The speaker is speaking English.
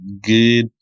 good